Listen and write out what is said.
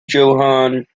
johan